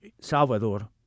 Salvador